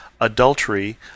adultery